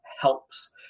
helps